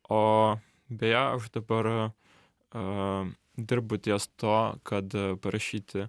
o beje aš dabar a dirbu ties tuo kada parašyti